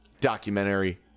documentary